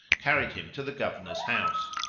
carried him to the governor's house,